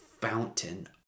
fountain